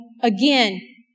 again